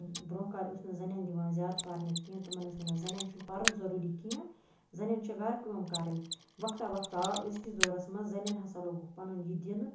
برونہہ کالہِ اوس نہٕ زَنین دِوان زیادٕ پرنہٕ کیٚنہہ تٕمن ٲسۍ وَنان زَنین چھُنہٕ پَرُن ضروٗری کِہینۍ نہٕ زَنین چھُ گرٕ کٲم کَرٕنۍ وقتا وقتا آو أزکِس دورَس منٛز زَنین ہاسا لوگُکھ یہِ پَنُن یہِ دِنہٕ